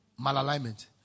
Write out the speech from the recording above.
Malalignment